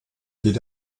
geht